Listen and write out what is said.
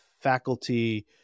faculty